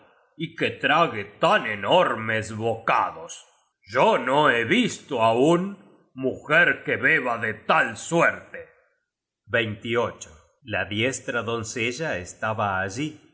y que trague tan enormes bocados yo no he visto aun mujer que beba de tal suerte la diestra doncella estaba allí